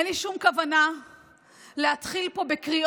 אין לי שום כוונה להתחיל פה בקריאות: